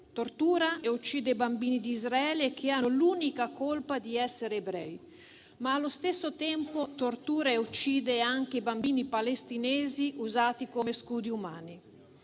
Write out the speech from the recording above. tortura e uccide i bambini di Israele che hanno l'unica colpa di essere ebrei, ma allo stesso tempo tortura e uccide anche i bambini palestinesi, usati come scudi umani.